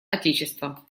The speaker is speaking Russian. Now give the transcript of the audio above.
отечества